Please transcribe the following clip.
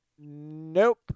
Nope